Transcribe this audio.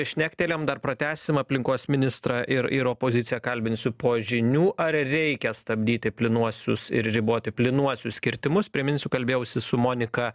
šnektelėjom dar pratęsim aplinkos ministrą ir ir opoziciją kalbinsiu po žinių ar reikia stabdyti plynuosius ir riboti plynuosius kirtimus priminsiu kalbėjausi su monika